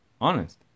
Honest